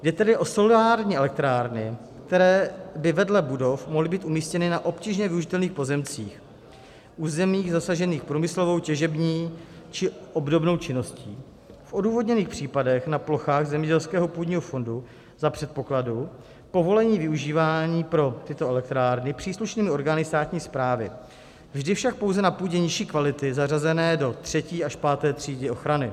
Jde tedy o solární elektrárny, které by vedle budov mohly být umístěny na obtížně využitelných pozemcích územích zasažených průmyslovou, těžební či obdobnou činností, v odůvodněných případech na plochách zemědělského půdního fondu za předpokladu povolení využívání pro tyto elektrárny příslušnými orgány státní správy, vždy však pouze na půdě nižší kvality zařazené do III. až V. třídy ochrany.